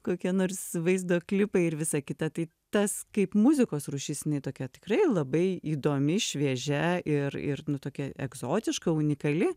kokie nors vaizdo klipai ir visa kita tai tas kaip muzikos rūšis jinai tokia tikrai labai įdomi šviežia ir ir nu tokia egzotiška unikali